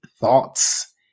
thoughts